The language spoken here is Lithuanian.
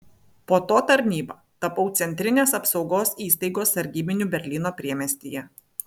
po to tarnyba tapau centrinės apsaugos įstaigos sargybiniu berlyno priemiestyje